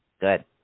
Good